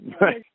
Right